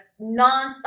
nonstop